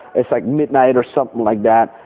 it's like midnight or something like that,